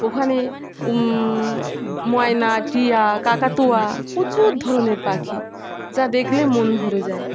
ওখানে ময়না টিয়া কাকাতুয়া প্রচুর ধরনের পাখি যা দেখলে মন ভরে যায়